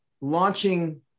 launching